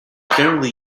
generally